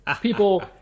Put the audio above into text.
people